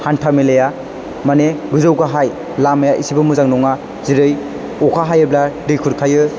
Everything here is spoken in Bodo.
हान्थामेलाया मानि गोजौ गाहाय लामाया एसेबां मोजां नङा जेरै अखा हायोब्ला दै खुरखायो